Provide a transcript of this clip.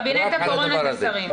קבינט הקורונה זה שרים.